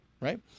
right